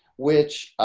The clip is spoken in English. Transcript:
which,